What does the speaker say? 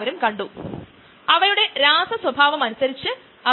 പൂർണ്ണ റഫറൻസ് ഇവിടെയുണ്ട് ഇത് ഖാനും അൽസോഹൈരിയും